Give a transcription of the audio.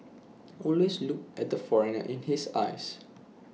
always look at the foreigner in his eyes